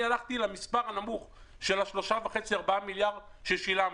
הלכתי למספר הנמוך של 3.5 4 מיליארד שקל ששילמנו.